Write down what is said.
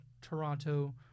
Toronto